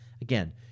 again